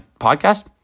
podcast